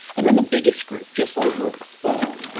and then the biggest group, just over a third,